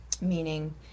meaning